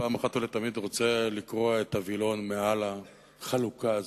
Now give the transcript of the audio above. פעם אחת ולתמיד רוצה לקרוע את הווילון מעל החלוקה הזאת.